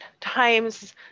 times